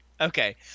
Okay